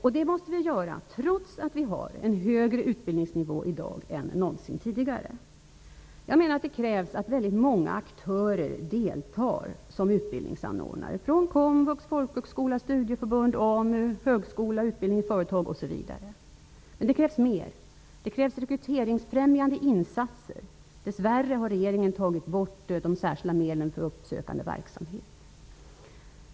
Detta måste göras, trots att utbildningsnivån i dag är högre än någonsin tidigare. Det kräver att många aktörer deltar som utbildningsanordnare -- komvux, folkhögskola, studieförbund, AMU, högskola, utbildning i företag osv. Men det krävs mer. Det krävs rekryteringsfrämjande insatser. Dess värre har regeringen tagit bort de särskilda medlen för uppsökande verksamhet.